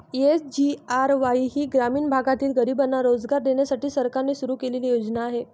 SGRY ही ग्रामीण भागातील गरिबांना रोजगार देण्यासाठी सरकारने सुरू केलेली योजना आहे